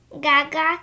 Gaga